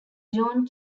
john